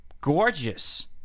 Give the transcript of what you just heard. gorgeous